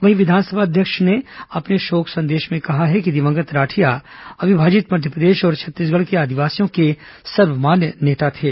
वहीं विधानसभा अध्यक्ष ने अपने शोक संदेश में कहा है कि दिवंगत राठिया अविभाजित मध्यप्रदेश और छत्तीसगढ़ के आदिवासियों के सर्वमान्य नेता थे